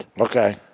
Okay